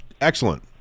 Excellent